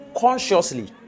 consciously